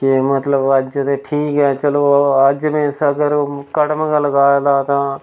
के मतलब अज्ज ते ठीक ऐ चलो अज्ज में स अगर कड़म गै लगाए दा तां